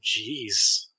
jeez